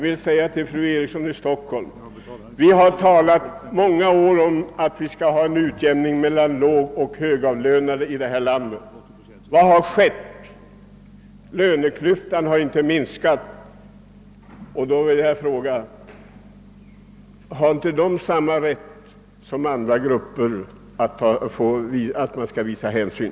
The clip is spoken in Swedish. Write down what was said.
Vi har, fru Eriksson i Stockholm, under många år talat om att det bör komma till stånd en utjämning mellan lågoch högavlönade men vad har ägt rum? Löneklyftan har inte minskat, men har inte de lågavlönade samma rätt som andra att räkna med hänsyn?